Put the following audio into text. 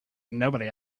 nobody